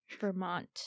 Vermont